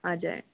हजुर